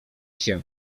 się